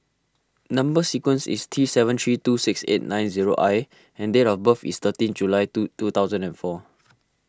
Number Sequence is T seven three two six nine eight zero I and date of birth is thirteen July two two thousand and four